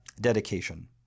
Dedication